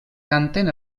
canten